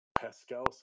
Pascal